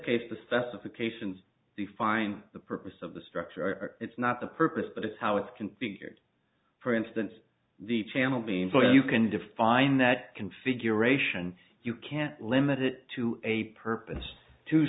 case the specifications define the purpose of the structure it's not the purpose but it's how it's configured for instance the channel before you can define that configuration you can't limit it to a purpose to